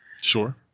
Sure